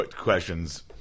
questions